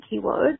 keywords